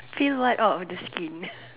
peel what all of the skin